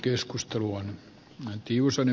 arvoisa puhemies